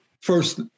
first